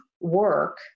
work